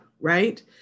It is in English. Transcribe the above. right